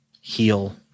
heal